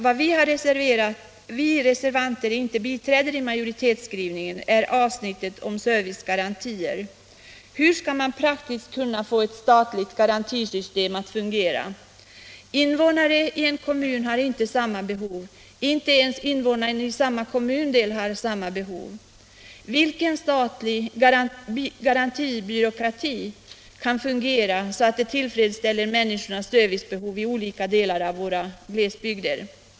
Vad vi reservanter inte biträder i majoritetsskrivningen är avsnittet om servicegarantier. Hur skall man praktiskt kunna få ett statligt garantisystem att fungera? Invånarna i en kommun har inte samma behov, inte ens invånarna i samma kommundel har det. Vilken statlig garantibyråkrati kan fungera så, att den tillfredsställer människornas servicebehov i olika delar av våra glesbygder?